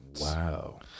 Wow